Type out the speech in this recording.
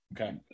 okay